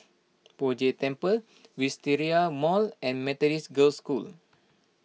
Poh Jay Temple Wisteria Mall and Methodist Girls' School